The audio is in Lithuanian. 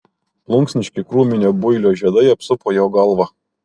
plunksniški krūminio builio žiedai apsupo jo galvą